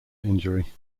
injury